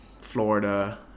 Florida